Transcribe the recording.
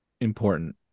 important